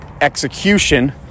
execution